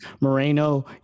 Moreno